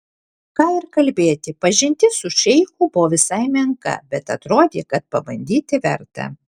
ką ir kalbėti pažintis su šeichu buvo visai menka bet atrodė kad pabandyti verta